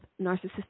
narcissistic